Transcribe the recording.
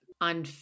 on